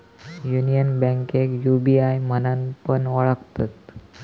union बैंकेक UBI म्हणान पण ओळखतत